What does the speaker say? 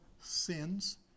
sins